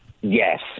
Yes